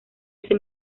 ese